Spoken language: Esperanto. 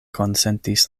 konsentis